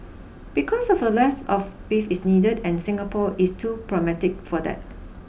because of a leap of faith is needed and Singapore is too pragmatic for that